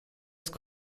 ist